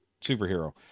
superhero